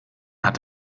hat